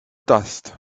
dust